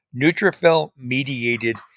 neutrophil-mediated